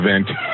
event